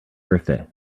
birthday